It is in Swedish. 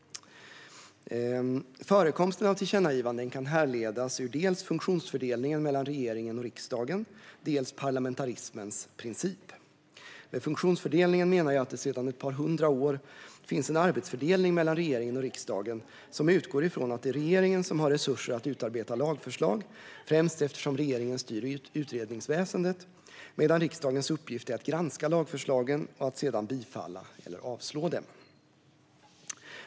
Förekomsten av tillkännagivanden kan härledas ur dels funktionsfördelningen mellan regeringen och riksdagen, dels parlamentarismens princip. Med funktionsfördelningen menar jag att det sedan ett par hundra år finns en arbetsfördelning mellan regeringen och riksdagen som utgår från att det är regeringen som har resurser att utarbeta lagförslag, främst eftersom regeringen styr utredningsväsendet, medan riksdagens uppgift är att granska lagförslagen och sedan bifalla eller avslå dem.